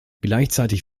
gleichzeitig